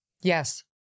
Yes